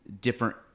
different